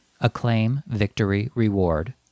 Acclaim-Victory-Reward